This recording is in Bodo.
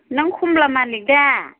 नों कमला मालिक दा